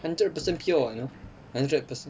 hundred percent pure you know hundred percent